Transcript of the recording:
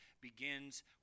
begins